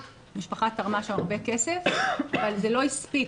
המשפחה תרמה שם הרבה כסף אבל זה לא הספיק.